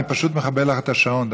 אני פשוט מכבה לך את השעון.